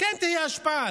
כן תהיה השפעה.